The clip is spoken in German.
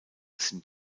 sind